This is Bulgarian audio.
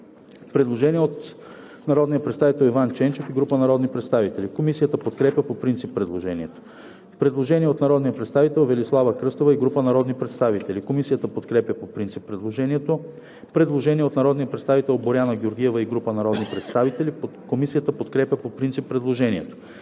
предложение от народния представител Иван Ченчев и група народни представители. Комисията подкрепя по принцип предложението. Предложение от народния представител Велислава Кръстева и група народни представители. Комисията подкрепя по принцип предложението. Предложение от народния представител Боряна Георгиева и група народни представители. Комисията подкрепя по принцип предложението.